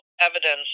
evidence